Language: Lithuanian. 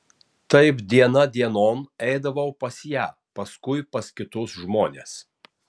taip diena dienon eidavau pas ją paskui pas kitus žmones